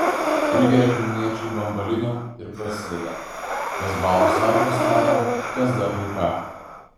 prigeria kaimiečiai bambalinio ir prasideda kas baltus arklius mato kas dar kai ką